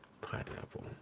pineapple